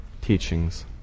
teachings